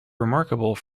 remarkable